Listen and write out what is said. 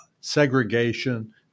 segregation